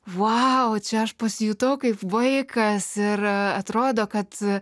va va čia aš pasijutau kaip vaikas ir atrodo kad